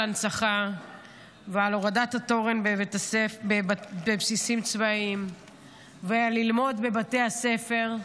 הנצחה ועל הורדת התורן בבסיסים צבאיים וללמוד בבתי הספר,